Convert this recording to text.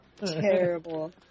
terrible